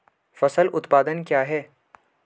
फसल उत्पादन क्या है?